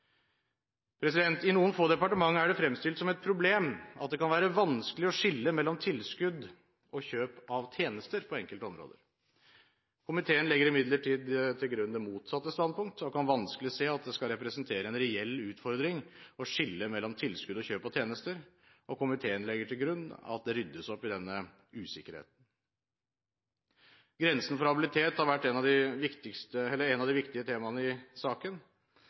I noen få departement er det fremstilt som et problem at det kan være vanskelig å skille mellom tilskudd og kjøp av tjenester på enkelte områder. Komiteen legger imidlertid til grunn det motsatte standpunkt og kan vanskelig se at det skal representere en reell utfordring å skille mellom tilskudd og kjøp av tjenester. Komiteen legger til grunn at det ryddes opp i denne usikkerheten. Grensen for habilitet har vært et av de viktige temaene i saken. At beslutninger som tas, tas av habile personer, er fundamentalt i